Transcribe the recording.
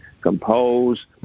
compose